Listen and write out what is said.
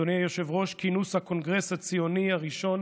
אדוני היושב-ראש, כינוס הקונגרס הציוני הראשון